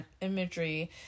imagery